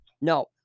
no